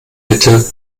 bitte